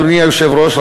אדוני היושב-ראש,